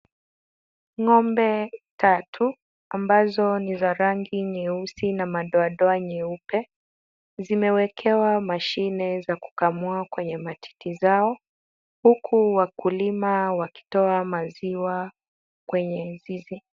Ng'ombe tatu ambazo ni za rangi nyeusi na madoadoa nyeupe, zimewekewa mashine za kukamua kwenye matiti zao, huku wakulima wakitoa maziwa kwenye zizi.